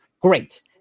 great